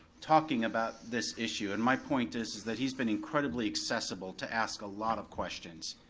talking about this issue. and my point is is that he's been incredibly accessible to ask a lot of questions.